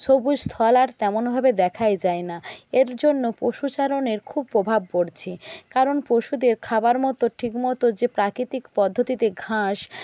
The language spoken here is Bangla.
সবুজ স্থল আর তেমনভাবে দেখাই যায় না এর জন্য পশুচারণের খুব প্রভাব পড়ছে কারণ পশুদের খাবার মতো ঠিকমতো যে প্রাকৃতিক পদ্ধতিতে ঘাস